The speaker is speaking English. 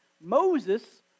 Moses